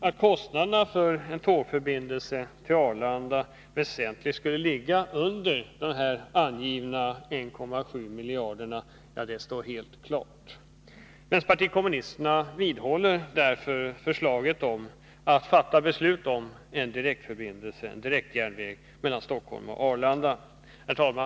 Att kostnaderna för en tågförbindelse till Arlanda skulle ligga väsentligt under här angivna 1,7 miljarder står helt klart. Vänsterpartiet kommunisterna vidhåller därför förslaget att det skall fattas beslut om en direktjärnväg mellan Stockholm och Arlanda. Herr talman!